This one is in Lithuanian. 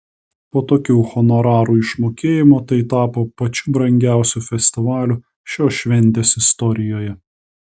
po tokių honorarų išmokėjimo tai tapo pačiu brangiausiu festivaliu šios šventės istorijoje